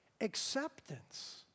acceptance